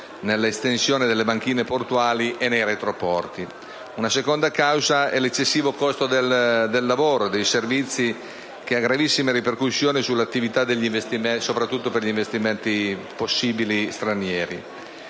nell'estensione delle banchine portuali e dei retroporti. Una seconda causa è l'eccessivo costo del lavoro e dei servizi, che ha gravissime ripercussioni, soprattutto per i possibili investimenti stranieri.